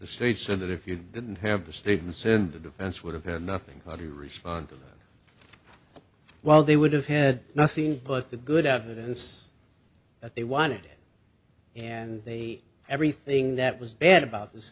story so that if you didn't have the students in the defense would have had nothing to respond to well they would have hit nothing but the good of this that they wanted and they everything that was bad about this